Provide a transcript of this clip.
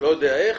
לא יודע איך,